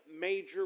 major